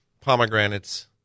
pomegranates